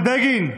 בגין,